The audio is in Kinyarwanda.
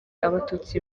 abatutsi